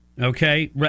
okay